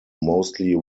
mostly